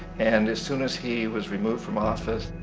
and as soon as he was removed from office,